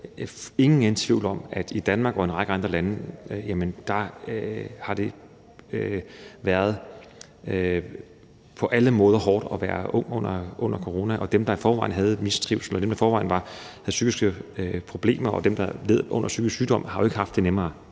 ingen tvivl om, at i Danmark og i en række andre lande har det på alle måder været hårdt at være ung under corona, og dem, der i forvejen mistrivedes, og dem, der i forvejen havde psykiske problemer, og dem, der led under psykisk sygdom, har jo ikke haft det nemmere,